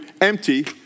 empty